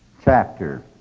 chapter.